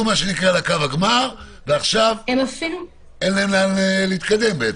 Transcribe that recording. לקו הגמר ועכשיו אין להם לאן להתקדם.